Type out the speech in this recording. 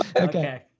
Okay